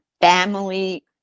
Family